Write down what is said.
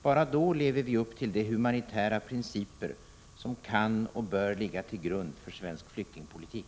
Bara då lever vi upp till de humanitära principer som kan och bör ligga till grund för svensk flyktingpolitik.